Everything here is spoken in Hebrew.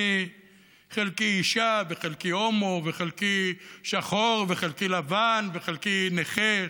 חלקי אישה וחלקי הומו וחלקי שחור וחלקי לבן וחלקי נכה,